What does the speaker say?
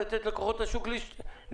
אלא לתת לכוחות השוק לקבוע?